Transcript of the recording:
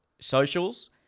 socials